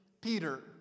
Peter